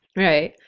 right.